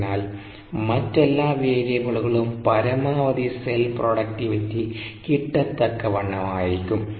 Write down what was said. അതിനാൽ മറ്റെല്ലാ വേരിയബിളുകളും പരമാവധി സെൽ പ്രൊഡക്റ്റിവിറ്റി കിട്ടതക്കവണ്ണമായിരിക്കും